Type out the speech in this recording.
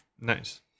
Nice